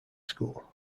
school